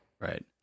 right